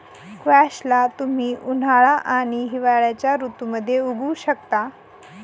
squash ला तुम्ही उन्हाळा आणि हिवाळ्याच्या ऋतूमध्ये उगवु शकता